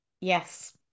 Yes